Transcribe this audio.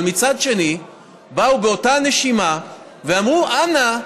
אבל מצד שני באו באותה נשימה ואמרו: אנא,